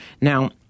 Now